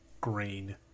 green